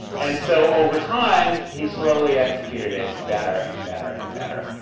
and so over time, he slowly executed it better and better and better.